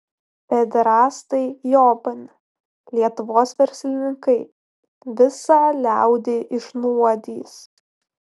pederastai jobani lietuvos verslininkai visą liaudį išnuodys